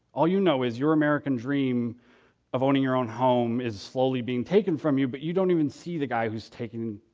all you know is your american dream of owning your own home is slowly being taken from you, but you don't even see the guy who's taking